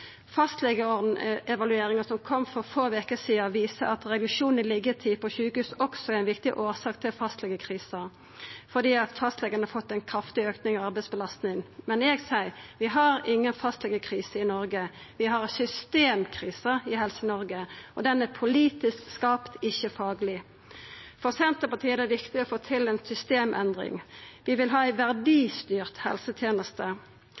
verdistyrt. Fastlegeevalueringa som kom for få veker sidan, viser at reduksjonen i liggjetid på sjukehus også er ei viktig årsak til fastlegekrisa, fordi fastlegane har fått ein kraftig auke i arbeidsbelastninga. Men eg seier at vi har inga fastlegekrise i Noreg. Vi har ei systemkrise i Helse-Noreg, og ho er politisk skapt, ikkje fagleg. For Senterpartiet er det viktig å få til ei systemendring. Vi vil ha ei verdistyrt helseteneste,